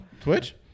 Twitch